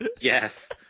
yes